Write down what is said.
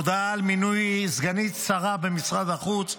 הודעה על מינוי סגנית שר במשרד החוץ: